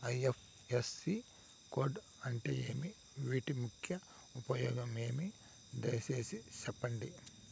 IFSC code అంటే ఏమి? వీటి ముఖ్య ఉపయోగం ఏమి? దయసేసి సెప్పండి?